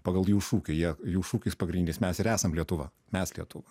pagal jų šūkį jie jų šūkis pagrindinis mes ir esam lietuva mes lietuva